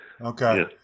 Okay